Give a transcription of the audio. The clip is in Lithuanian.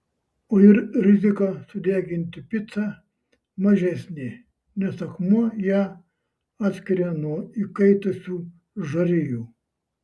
o ir rizika sudeginti picą mažesnė nes akmuo ją atskiria nuo įkaitusių žarijų